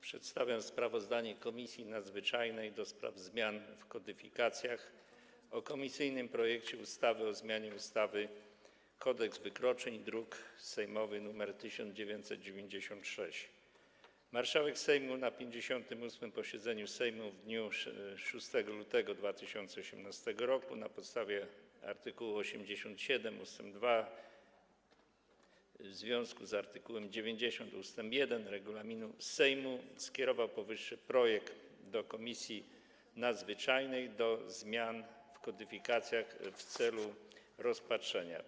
Przedstawiam sprawozdanie Komisji Nadzwyczajnej do spraw zmian w kodyfikacjach o komisyjnym projekcie ustawy o zmianie ustawy Kodeks wykroczeń, druk sejmowy nr 1996. Marszałek Sejmu na 58. posiedzeniu Sejmu w dniu 6 lutego 2018 r. na podstawie art. 87 ust. 2 w związku z art. 90 ust. 1 regulaminu Sejmu skierował powyższy projekt do Komisji Nadzwyczajnej do spraw zmian w kodyfikacjach w celu rozpatrzenia.